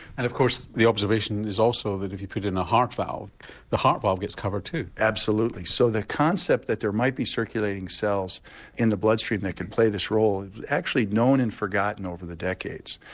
and of course the observation is also that if you put it in a heart valve the heart valve gets covered too. absolutely so the concept that there might be circulating cells in the bloodstream that can play this role was actually known and forgotten over the decades.